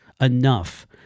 enough